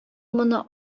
моны